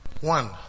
One